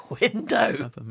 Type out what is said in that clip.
window